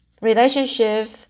relationship